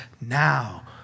now